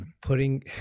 putting